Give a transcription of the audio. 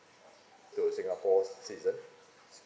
to a singapore citizen